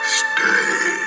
stay